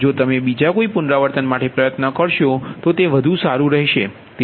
જો તમે બીજા કોઇ પુનરાવર્તન માટે પ્રયત્ન કરો તો તે વધુ સારું રહેશે